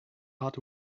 heart